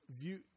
view